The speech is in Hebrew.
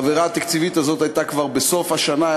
ההעברה התקציבית הזאת הייתה כבר בסוף השנה.